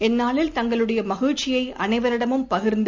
இந்நாளில் தங்களுடையமகிழ்ச்சியைஅனைவரிடமும் பகிர்ந்து